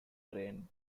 train